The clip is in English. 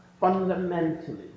fundamentally